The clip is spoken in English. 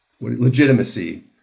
legitimacy